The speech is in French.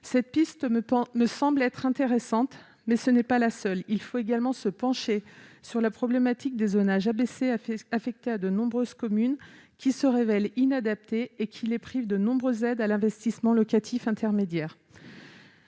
Cette piste me paraît intéressante à creuser, mais ce n'est pas la seule : il faut également se pencher sur la problématique des zonages A, B, C affectés à de nombreuses communes, qui se révèlent inadaptés et qui les privent de nombreuses aides à l'investissement locatif intermédiaire.